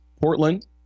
Portland